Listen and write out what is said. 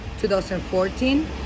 2014